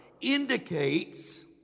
indicates